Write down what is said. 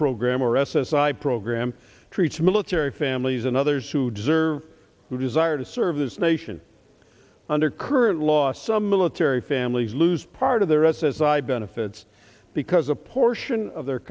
program or s s i program treats military families and others who deserve or who desire to serve this nation under current law some military families lose part of their s s i benefits because a portion of their